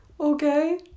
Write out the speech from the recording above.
Okay